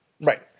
right